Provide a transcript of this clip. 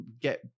get